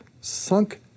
sunk